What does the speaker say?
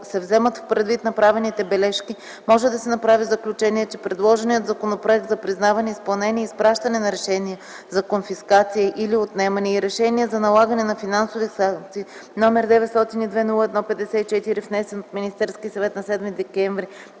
се вземат предвид направените бележки, може да се направи заключение, че предложеният Законопроект за признаване, изпълнение и изпращане на решения за конфискация или отнемане и решения за налагане на финансови санкции, № 902-01-54, внесен от Министерския съвет на 7 декември